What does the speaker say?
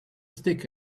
stick